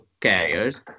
carriers